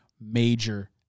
major